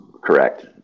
correct